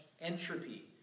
entropy